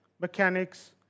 mechanics